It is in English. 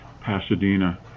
Pasadena